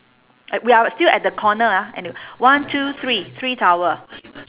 eh we are still at the corner ah any~ one two three three towel